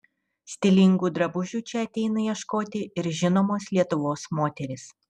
stilingų drabužių čia ateina ieškoti ir žinomos lietuvos moterys